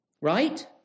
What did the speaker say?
right